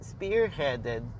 spearheaded